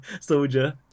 soldier